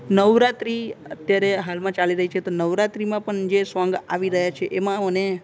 નવરાત્રી અત્યારે હાલમાં ચાલી રહી છે તો નવરાત્રીમાં પણ જે સોંગ આવી રહ્યા છે એમાં મને